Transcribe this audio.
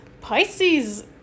Pisces